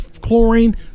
chlorine